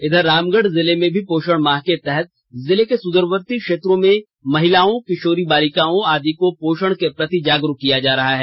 इधर रामगढ़ जिले में भी पोषण माह के तहत जिले के सुदूरवर्ती क्षेत्रों में महिलाओं किशोरी बालिकाओं आदि को पोषण के प्रति जागरूक किया जा रहा है